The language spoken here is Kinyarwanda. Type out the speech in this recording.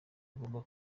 ugomba